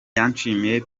yashimiye